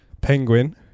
Penguin